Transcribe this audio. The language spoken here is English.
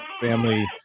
family